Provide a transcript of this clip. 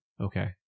Okay